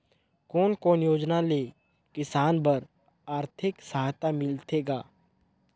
कोन कोन योजना ले किसान बर आरथिक सहायता मिलथे ग?